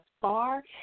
far